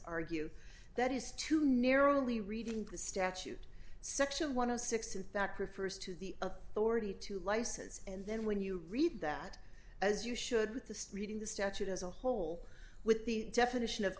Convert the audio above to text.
argue that is too narrowly reading the statute section one of six and that refers to the a forty two license and then when you read that as you should with the reading the statute as a whole with the definition of